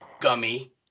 gummy